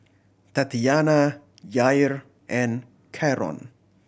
Tatyanna Yair and Karon